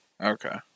okay